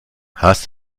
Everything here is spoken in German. hast